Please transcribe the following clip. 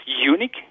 unique